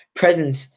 presence